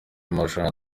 amarushanwa